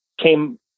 came